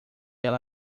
ela